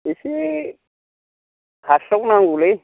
एसे हास्राव नांगौलै